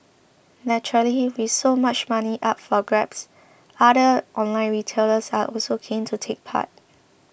naturally with so much money up for grabs other online retailers are also keen to take part